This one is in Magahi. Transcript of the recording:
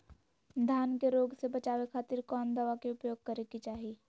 धान के रोग से बचावे खातिर कौन दवा के उपयोग करें कि चाहे?